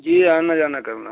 جی آنا جانا کرنا ہے